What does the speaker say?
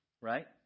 right